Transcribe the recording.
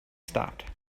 stopped